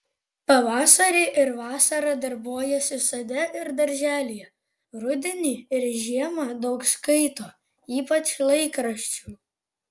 pavasarį ir vasarą darbuojasi sode ir darželyje rudenį ir žiemą daug skaito ypač laikraščių